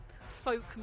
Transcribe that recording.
folk